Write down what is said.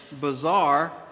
bizarre